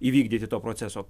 įvykdyti to proceso